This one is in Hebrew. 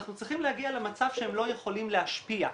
אנחנו צריכים להגיע למצב שהם לא יכולים להשפיע,